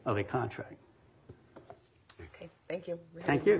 of a contract ok thank you thank you